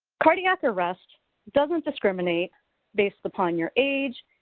cardiac arrest doesn't discriminate based upon your age,